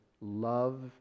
Love